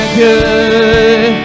good